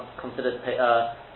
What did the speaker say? considered